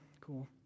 Cool